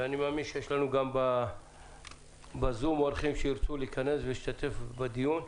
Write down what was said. ואני מאמין שיש לנו גם בזום אורחים שירצו להשתתף בדיון.